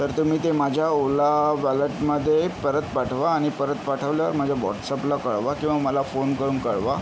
तर तुम्ही ते माझ्या ओला वॅलेटमध्ये परत पाठवा आणि परत पाठवल्यावर माझ्या व्हॉटस्अपला कळवा किंवा मला फोन करून कळवा